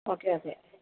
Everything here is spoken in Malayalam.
okay okay